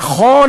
נכון,